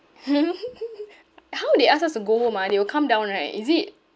how they ask us to go home ah they will come down right is it